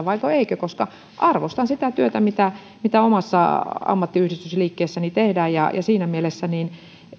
vaiko ei koska arvostan sitä työtä mitä mitä omassa ammattiyhdistysliikkeessäni tehdään ja siinä mielessä